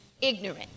ignorant